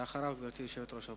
ואחריו, גברתי יושבת-ראש האופוזיציה.